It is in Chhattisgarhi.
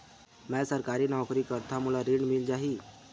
मै सरकारी नौकरी करथव मोला ऋण मिल जाही?